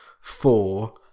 four